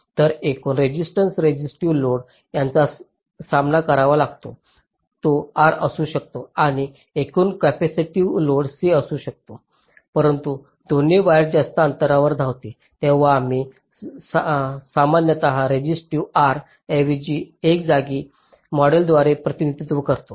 तर एकूण resistance resistive load ज्याचा सामना करावा लागतो तो आर असू शकतो आणि एकूण कॅपेसिटिव्ह लोड C असू शकतो परंतु जेव्हा वायर जास्त अंतरावर धावते तेव्हा आम्ही सामान्यतः रेसिस्टिव्ह R ऐवजी एका जागी मॉडेलद्वारे प्रतिनिधित्व करतो